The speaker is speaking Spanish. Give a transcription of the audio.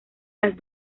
las